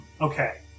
Okay